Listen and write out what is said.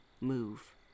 move